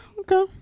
okay